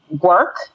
work